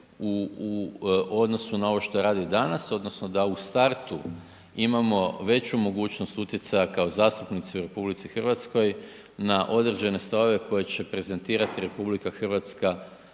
u odnosu na ovo što radi danas odnosno da u startu imamo veću mogućnost utjecaja kao zastupnici u RH na određene stavove koje će prezentirati RH, da